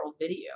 video